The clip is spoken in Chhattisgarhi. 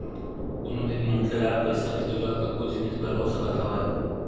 कोनो भी मनखे ल पइसा के जरुरत कतको जिनिस बर हो सकत हवय